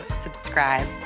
subscribe